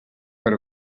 per